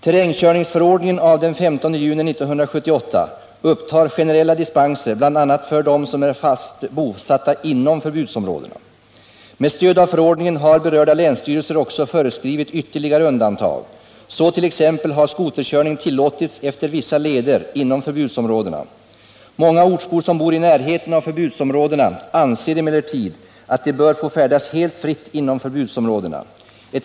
Terrängkörningsförordningen av den 15 juni 1978 upptar generella dispenser, bl.a. för dem som är fast bosatta inom förbudsområdena. Med stöd av förordningen har berörda länsstyrelser också föreskrivit ytterligare undantag. Så t.ex. har skoterkörning tillåtits efter vissa leder inom förbudsområdena. Många ortsbor som bor i närheten av förbudsområdena anser emellertid att de bör få färdas helt fritt inom förbudsområdena.